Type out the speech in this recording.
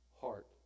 heart